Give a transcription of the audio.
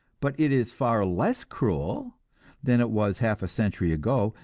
but it is far less cruel than it was half a century ago,